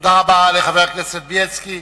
תודה רבה לחבר הכנסת בילסקי.